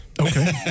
Okay